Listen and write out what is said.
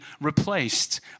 replaced